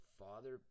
father